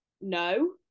no